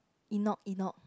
Innok Innok